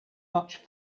much